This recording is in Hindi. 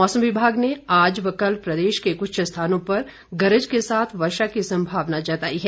मौमस विभाग ने आज व कल प्रदेश के कुछ स्थानों पर गरज के साथ वर्षा की संभावना जताई है